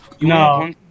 No